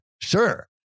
sure